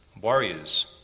warriors